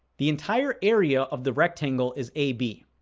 the entire area of the rectangle is ab.